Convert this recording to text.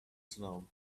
snow